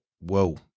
whoa